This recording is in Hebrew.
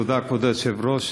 תודה, כבוד היושב-ראש.